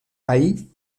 ahí